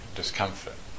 discomfort